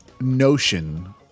notion